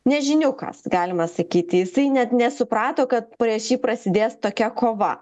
nežiniukas galima sakyti jisai net nesuprato kad prieš jį prasidės tokia kova